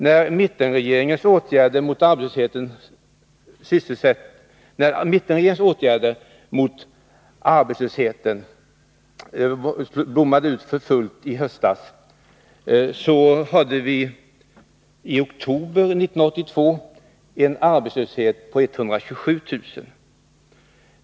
När mittenregeringens åtgärder mot arbetslösheten blommade ut för fullt i höstas ledde det till att vi i oktober 1982 hade en arbetslöshet på 127 000.